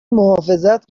محافظت